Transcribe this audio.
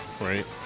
right